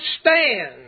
stand